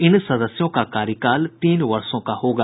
इन सदस्यों का कार्यकाल तीन वर्षों का होगा